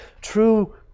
true